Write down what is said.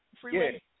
freeway